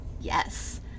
Yes